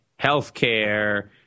healthcare